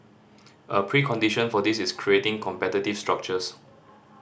a precondition for this is creating competitive structures